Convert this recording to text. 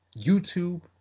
YouTube